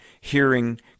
hearing